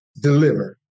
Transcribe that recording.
deliver